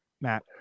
Matt